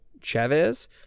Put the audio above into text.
Chavez